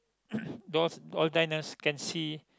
those old diners can see